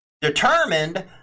determined